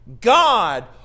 God